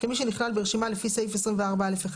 כמי שנכלל ברשימה לפי סעיף 24(א)(1)